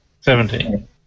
Seventeen